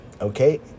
Okay